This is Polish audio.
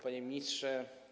Panie Ministrze!